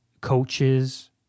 coaches